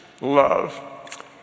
love